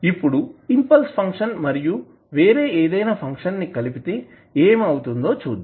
ఇప్పుడు impulse function మరియు వేరే ఏదైనా ఫంక్షన్ ని కలిపితే ఏమి అవుతుందో చూద్దాం